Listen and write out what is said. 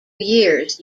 years